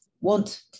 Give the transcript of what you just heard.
want